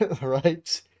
right